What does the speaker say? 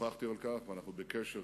שוחחתי על כך, ואנחנו בקשר